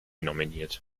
nominiert